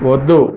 వద్దు